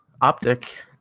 OpTic